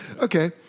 Okay